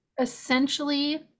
essentially